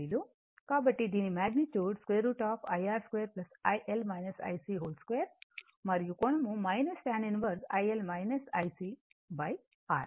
కాబట్టి దీని magnitude √iR2 2 మరియు కోణం tan 1iL iC i R